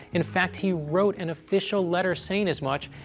in fact, he wrote an official letter saying as much,